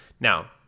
Now